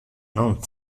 non